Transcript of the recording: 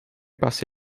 passi